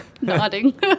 nodding